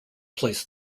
plays